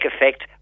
effect